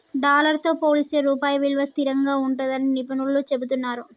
dollar తో పోలిస్తే రూపాయి విలువ స్థిరంగా ఉంటుందని నిపుణులు చెబుతున్నరు